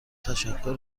تشکر